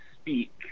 speak